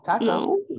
no